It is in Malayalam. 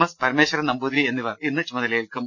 എസ് പരമേശ്വരൻ നമ്പൂ തിരി എന്നിവർ ഇന്ന് ചുമതലയേൽക്കും